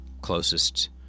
Closest